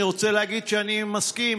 אני רוצה להגיד שאני מסכים,